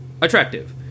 attractive